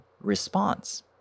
response